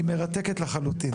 היא מרתקת לחלוטין.